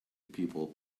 people